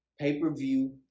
pay-per-view